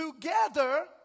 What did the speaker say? together